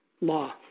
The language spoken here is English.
law